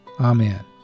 Amen